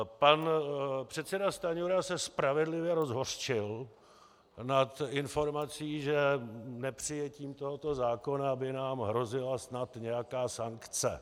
Pan předseda Stanjura se spravedlivě rozhořčil nad informací, že nepřijetím tohoto zákona by nám snad hrozila nějaká sankce.